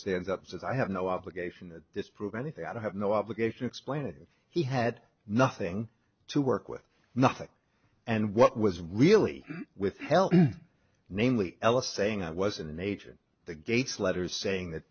stands up says i have no obligation to disprove anything i have no obligation explaining he had nothing to work with nothing and what was really withheld namely ellis saying i was an agent the gates letter saying